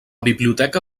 biblioteca